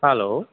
hello